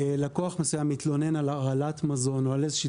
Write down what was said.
לקוח מסוים מתלונן על הרעלת מזון או על איזושהי